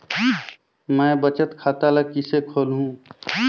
मैं बचत खाता ल किसे खोलूं?